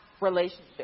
relationship